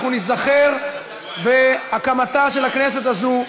אנחנו ניזכר בהקמתה של הכנסת הזאת,